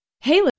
Hey